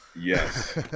Yes